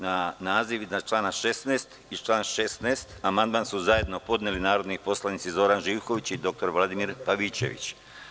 Na naziv iznad člana 16. i član 16. amandman su zajedno podneli narodni poslanici Zoran Živković i dr Vladimir Pavićević.